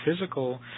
physical